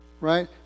Right